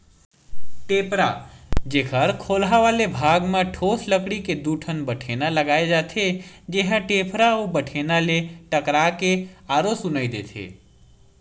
टेपरा, जेखर खोलहा वाले भाग म ठोस लकड़ी के दू ठन बठेना लगाय जाथे, जेहा टेपरा अउ बठेना ले टकरा के आरो सुनई देथे